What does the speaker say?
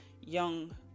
young